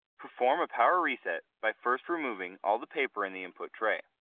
perform a power reset by first removing all the paper in the input tray.